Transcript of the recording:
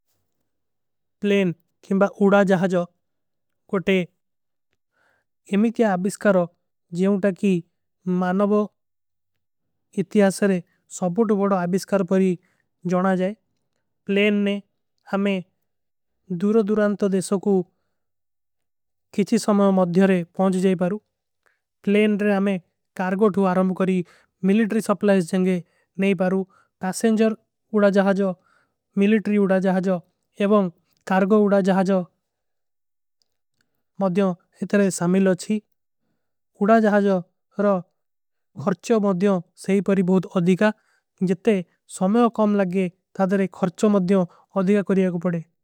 ପ୍ଲେଇନ ଖିମବା ଉଡା ଜହାଜୋ କୋଟେ ଇମୀ ତ୍ଯା ଅବିସ୍କରୋ ଜିଯୋଂ ତକୀ ମାନଵ। ଇତ୍ଯାସରେ ସବୁଟ ବଡା ଅବିସ୍କର ପରୀ ଜନା ଜାଏ ପ୍ଲେଇନ। ନେ ହମେଂ ଦୂରୋ ଦୂରାନ୍ତୋ ଦେଶୋ କୁଛୀ ସମଯୋଂ ମଧ୍ଯରେ ପହୁଂଚ ଜାଏ ପରୂ ପ୍ଲେଇନ ନେ ହମେଂ। କାରଗୋ ଥୂ ଆରମ କରୀ ମିଲିଟରୀ ସପ୍ଲାଇସ ଜଂଗେ ନହୀଂ ପାରୂ ପୈସେଂଜର ଉଡା। ଜହାଜୋ ମିଲିଟରୀ ଉଡା ଜହାଜୋ ଏବଂଗ କାରଗୋ ଉଡା ଜହାଜୋ ମଧ୍ଯୋଂ ଇତରେ। ସମୀଲୋ ଚୀ ଉଡା ଜହାଜୋ ରୋ ଖର୍ଚୋ ମଧ୍ଯୋଂ ସହୀ ପରୀ ବହୁତ ଅଧିକା ଜିତ୍ତେ। ସମଯୋଂ କାମ ଲଗେ ଥାଦରେ ଖର୍ଚୋ ମଧ୍ଯୋଂ ଅଧିକା କରିଯା କୋ ପଡେ।